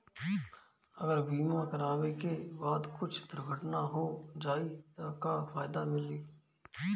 अगर बीमा करावे के बाद कुछ दुर्घटना हो जाई त का फायदा मिली?